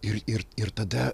ir ir ir tada